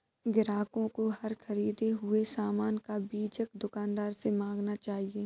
ग्राहकों को हर ख़रीदे हुए सामान का बीजक दुकानदार से मांगना चाहिए